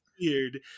weird